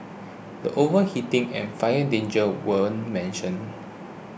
the overheating and fire dangers weren't mentioned